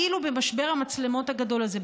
אילו במשבר המצלמות הגדול הזה,